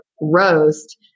roast